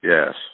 Yes